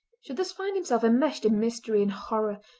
should thus find himself enmeshed in mystery and horror,